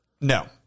No